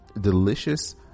delicious